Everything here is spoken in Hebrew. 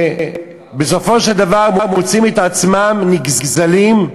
בסופו של דבר מוצאים את עצמם נגזלים,